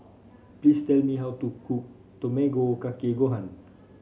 please tell me how to cook Tamago Kake Gohan